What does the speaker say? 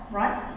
right